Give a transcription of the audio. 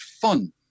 fun